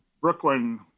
Brooklyn